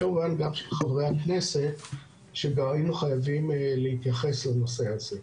כמובן גם של חברי הכנסת שהיינו חייבים להתייחס לנושא הזה.